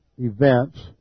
events